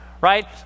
right